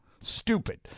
Stupid